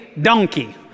donkey